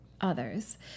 others